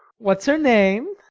what's her name?